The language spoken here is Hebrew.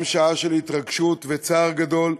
גם שעה של התרגשות וצער גדול,